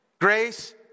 grace